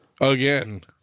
Again